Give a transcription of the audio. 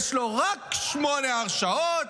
יש לו רק שמונה הרשעות,